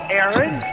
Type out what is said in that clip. Aaron